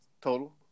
total